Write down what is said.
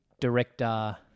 director